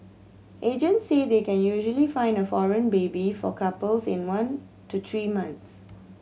agents say they can usually find a foreign baby for couples in one to three months